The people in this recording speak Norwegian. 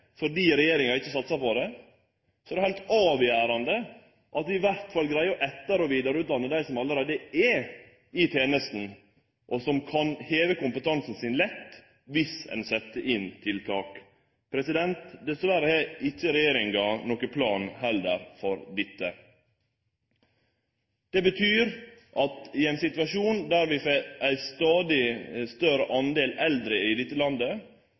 fordi regjeringa ikkje satsar på det, at vi i alle fall greier å etter- og vidareutdanne dei som allereie er i tenesta, og som kan heve kompetansen sin lett dersom ein sett inn tiltak. Dessverre har regjeringa heller ikkje nokon plan for dette. Det betyr at i ein situasjon der stadig fleire eldre i dette landet